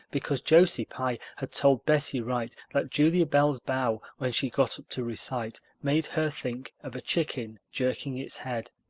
because josie pye had told bessie wright that julia bell's bow when she got up to recite made her think of a chicken jerking its head,